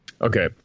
Okay